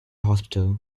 hospital